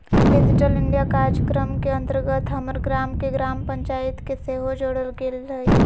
digital India काजक्रम के अंतर्गत हमर गाम के ग्राम पञ्चाइत के सेहो जोड़ल गेल हइ